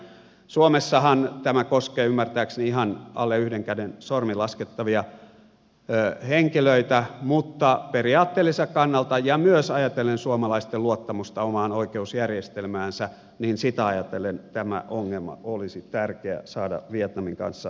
suomessahan tämä koskee ymmärtääkseni ihan alle yhden käden sormin laskettavia henkilöitä mutta periaatteelliselta kannalta ja myös ajatellen suomalaisten luottamusta omaan oikeusjärjestelmäänsä tämä ongelma olisi tärkeä saada vietnamin kanssa sovittua